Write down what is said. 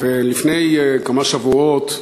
לפני כמה שבועות,